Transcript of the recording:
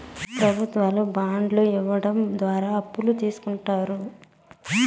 ప్రభుత్వాలు బాండ్లు ఇవ్వడం ద్వారా అప్పులు తీస్కుంటారు